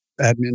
admin